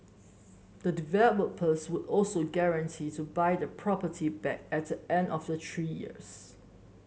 the developers would also guarantee to buy the property back at the end of the three years